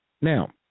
Now